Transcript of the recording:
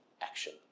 action